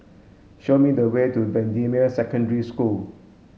show me the way to Bendemeer Secondary School